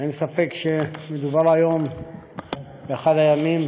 אין ספק שמדובר היום באחד הימים